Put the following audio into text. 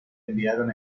enviaron